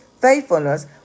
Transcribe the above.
faithfulness